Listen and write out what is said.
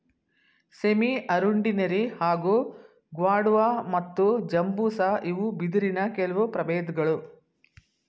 ಸೆಮಿಅರುಂಡಿನೆರಿ ಹಾಗೂ ಗ್ವಾಡುವ ಮತ್ತು ಬಂಬೂಸಾ ಇವು ಬಿದಿರಿನ ಕೆಲ್ವು ಪ್ರಬೇಧ್ಗಳು